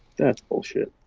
that's bullshit.